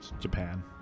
Japan